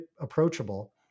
approachable